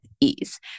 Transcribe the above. ease